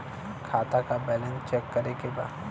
खाता का balance check करे के बा?